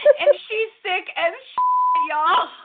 and she's sick as y'all.